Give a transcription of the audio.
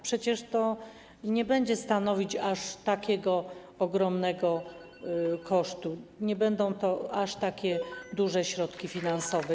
Przecież to nie będzie stanowić aż takiego ogromnego kosztu, nie będą to aż takie duże środki finansowe.